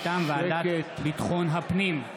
מטעם ועדת ביטחון הפנים.